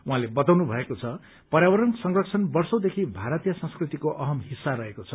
उहाँले भन्नुमएको छ पर्यावरण संरक्षण वर्षौदेखि भारतीय संस्कृतिको अहम हिस्सा रहेको छ